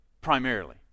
Primarily